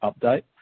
update